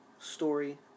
story